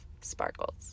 sparkles